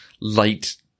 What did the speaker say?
light